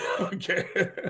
Okay